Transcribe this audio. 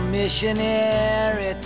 missionary